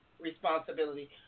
responsibility